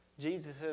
Jesus